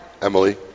Emily